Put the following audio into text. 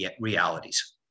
realities